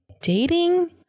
dating